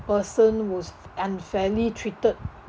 person was unfairly treated